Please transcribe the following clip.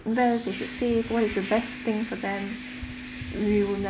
invest they should save what is the best thing for them we will never